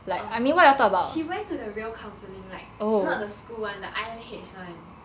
err she went to the real counselling like not the school [one] the I_M_H [one]